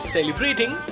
Celebrating